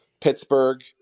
Pittsburgh